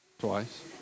Twice